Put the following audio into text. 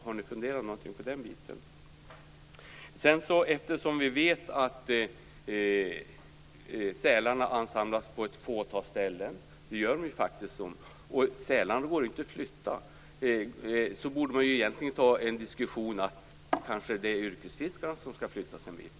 Har ni funderat något på den saken? Eftersom vi vet att sälarna ansamlas på ett fåtal ställen - det gör de faktiskt - och sälarna inte går att flytta, borde man egentligen ta en diskussion om att yrkesfiskarna skall flyttas en bit.